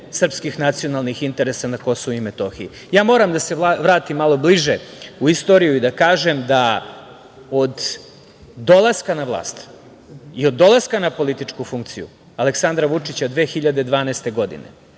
srpskih nacionalnih interesa na Kosovu i Metohiji. Moram da se vratim malo bliže u istoriju i da kažem da od dolaska na vlast i od dolaska na političku funkciju Aleksandra Vučića 2012. godine